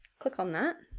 click on that